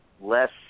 less